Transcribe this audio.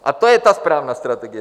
A to je ta správná strategie.